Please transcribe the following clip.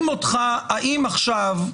האם עכשיו,